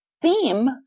Theme